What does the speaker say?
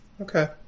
Okay